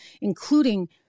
including